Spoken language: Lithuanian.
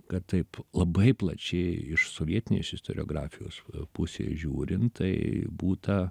kad taip labai plačiai iš sovietinės istoriografijos pusės žiūrint tai būta